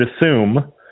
assume